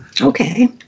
Okay